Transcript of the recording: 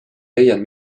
leian